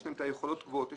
יש להם יכולות גבוהות,